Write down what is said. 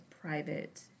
private